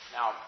Now